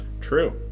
true